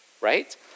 right